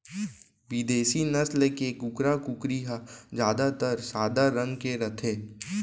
बिदेसी नसल के कुकरा, कुकरी ह जादातर सादा रंग के रथे